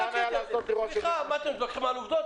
אתם מתווכחים על עובדות?